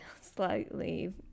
slightly